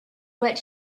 what